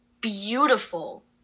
beautiful